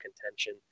contention